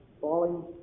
falling